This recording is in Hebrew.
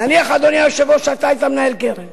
נניח, אדוני היושב-ראש, שאתה היית מנהל קרן